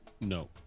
No